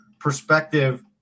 perspective